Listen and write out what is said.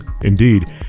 Indeed